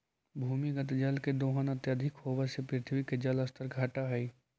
भूमिगत जल के दोहन अत्यधिक होवऽ से पृथ्वी के जल स्तर घटऽ हई